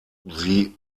sie